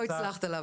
לא הצלחת להבליג.